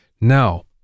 Now